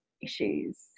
issues